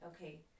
okay